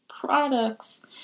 products